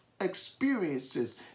experiences